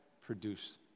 produce